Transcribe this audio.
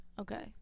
Okay